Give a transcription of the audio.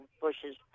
bushes